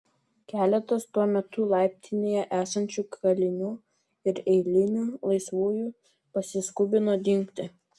keletas tuo metu laiptinėje esančių kalinių ir eilinių laisvųjų pasiskubino dingti